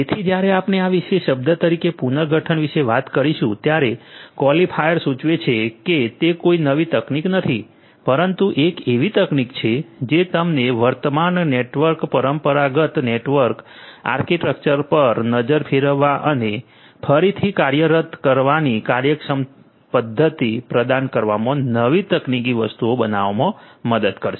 તેથી જ્યારે આપણે આ વિશેષ શબ્દ તરીકે પુનર્ગઠન વિશે વાત કરીશું ત્યારે ક્વોલિફાયર સૂચવે છે કે તે કોઈ નવી તકનીક નથી પરંતુ એક એવી તકનીક છે જે તમને વર્તમાન નેટવર્ક પરંપરાગત નેટવર્ક આર્કિટેક્ચર પર નજર ફેરવવા અને ફરીથી કાર્યરત કરવાની કાર્યક્ષમ પદ્ધતિ પ્રદાન કરવામાં નવી તકનીકી વસ્તુઓ બનાવવામાં મદદ કરશે